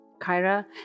Kyra